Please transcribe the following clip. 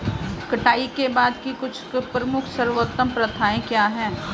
कटाई के बाद की कुछ प्रमुख सर्वोत्तम प्रथाएं क्या हैं?